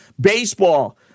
Baseball